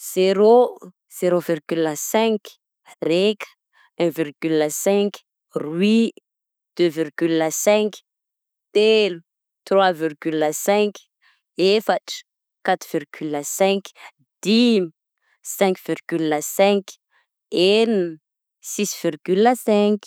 Zero, zero virgule cinq, reka, un virgule cinq, roy, deux virgule cinq, telo, trois virgule cinq, efatra, quatre virgule cinq, dimy, cinq virgule cinq, enina, six virgule cinq.